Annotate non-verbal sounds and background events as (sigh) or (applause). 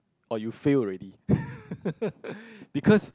or you failed already (laughs) because